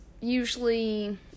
usually